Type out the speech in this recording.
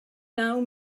naw